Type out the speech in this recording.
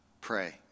Pray